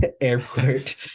airport